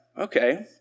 okay